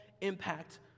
impact